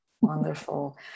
wonderful